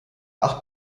acht